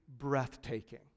breathtaking